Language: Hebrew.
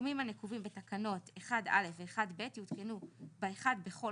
הסכומים הנקובים בתקנת 1א' ו-1ב' יעודכנו ב-1 בכל